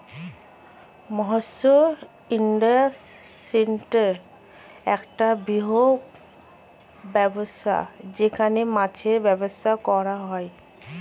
মৎস্য ইন্ডাস্ট্রি একটা বৃহত্তম ব্যবসা যেখানে মাছের ব্যবসা করা হয়